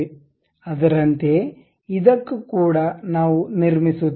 ಅದರಂತೆಯೇ ಇದಕ್ಕೂ ಕೂಡ ನಾವು ನಿರ್ಮಿಸುತ್ತೇವೆ